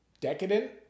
Decadent